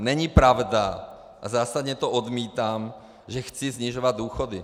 Není pravda, a zásadně to odmítám, že chci snižovat důchody.